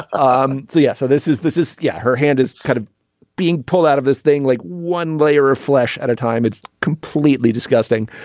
um and so yeah so this is this is yeah her hand is kind of being pulled out of this thing like one layer of flesh at a time it's completely disgusting.